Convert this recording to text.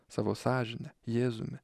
savo sąžine jėzumi